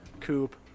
coupe